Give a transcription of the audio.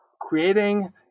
creating